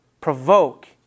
provoke